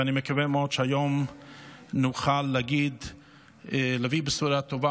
ואני מקווה מאוד שהיום נוכל להביא בשורה טובה